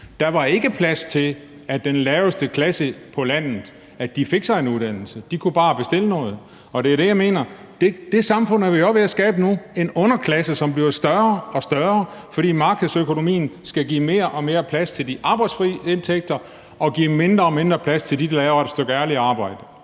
Der var ikke plads til, at den laveste klasse på landet fik sig en uddannelse. De kunne bare bestille noget. Og der er det, jeg mener, at det samfund er vi også ved at skabe nu: en underklasse, som bliver større og større, fordi markedsøkonomien skal give mere og mere plads til de arbejdsfri indtægter og give mindre og mindre plads til dem, der laver et ærligt stykke arbejde.